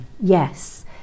Yes